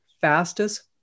fastest